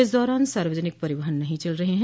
इस दौरान सार्वजनिक परिवहन नहीं चल रहे हैं